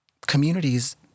communities